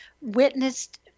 witnessed